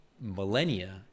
millennia